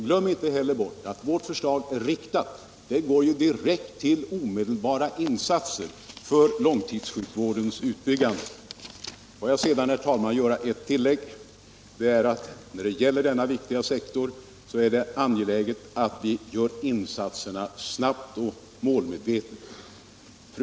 Glöm inte heller bort att vårt förslag är riktat. Det går direkt till omedelbara insatser för långtidssjukvårdens utbyggande. Får jag sedan, herr talman, göra ett tillägg. När det gäller denna viktiga sektor är det angeläget att vi gör insatserna snabbt och målmedvetet.